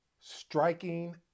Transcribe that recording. striking